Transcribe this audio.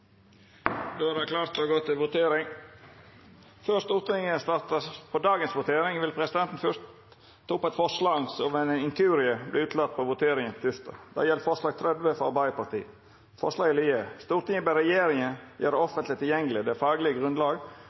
Då er Stortinget klar til å gå til votering. Før Stortinget startar med dagens votering, vil presidenten fyrst ta opp eit forslag som ved ein inkurie vart utelate frå voteringa tysdag den 6. oktober 2020. Det gjeld forslag nr. 30, frå Arbeidarpartiet. Forslaget lyder: «Stortinget ber regjeringen gjøre offentlig tilgjengelig det